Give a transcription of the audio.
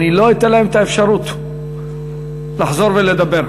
אני לא אתן להם את האפשרות לחזור ולדבר.